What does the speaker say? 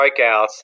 strikeouts